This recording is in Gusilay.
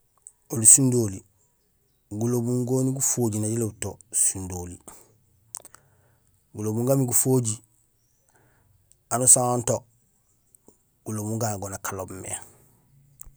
Oli sundoholi gulobum goni gufojiir na jiloob to sundo oli; gulobum gaamé gufojiir, anusaan haamé to gulobum gagu nak oloob mé.